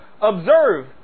Observe